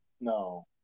no